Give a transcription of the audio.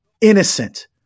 innocent